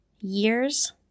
years